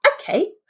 okay